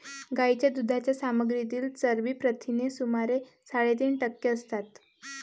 गायीच्या दुधाच्या सामग्रीतील चरबी प्रथिने सुमारे साडेतीन टक्के असतात